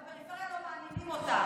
הפריפריה לא מעניינים אותה.